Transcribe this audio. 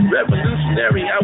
revolutionary